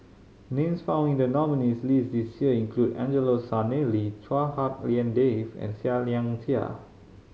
names found in the nominees' list this year include Angelo Sanelli Chua Hak Lien Dave and Seah Liang Seah